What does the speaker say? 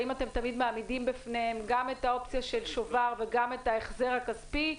האם אתם תמיד מעמידים בפניהם גם את האופציה של שובר וגם את ההחזר הכספי?